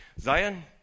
Zion